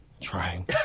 Trying